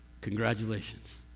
congratulations